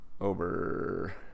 over